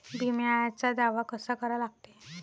बिम्याचा दावा कसा करा लागते?